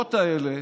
לחברות האלה